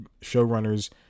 showrunners